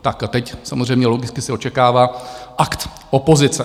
A teď samozřejmě logicky se očekává akt opozice.